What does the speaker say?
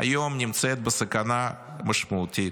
היום בסכנה משמעותית,